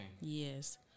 Yes